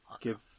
give